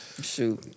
Shoot